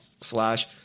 slash